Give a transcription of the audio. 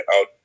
out